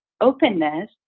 openness